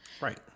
Right